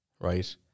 Right